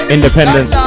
independence